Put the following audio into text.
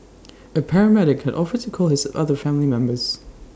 A paramedic had offered to call his other family members